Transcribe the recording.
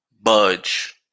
budge